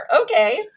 okay